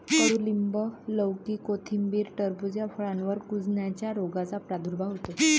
कडूलिंब, लौकी, कोथिंबीर, टरबूज या फळांवर कुजण्याच्या रोगाचा प्रादुर्भाव होतो